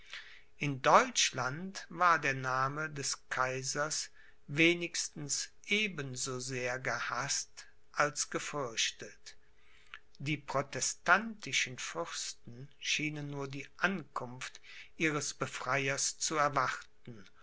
in deutschland war der name des kaisers wenigstens eben so sehr gehaßt als gefürchtet die protestantischen fürsten schienen nur die ankunft eines befreiers zu erwarten